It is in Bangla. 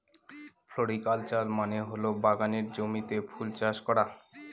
ফ্লোরিকালচার মানে হল বাগানের জমিতে ফুল চাষ করা